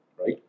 right